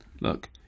Look